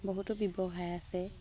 বহুতো ব্যৱসায় আছে